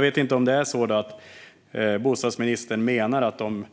Menar bostadsministern att de